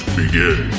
begin